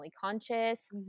conscious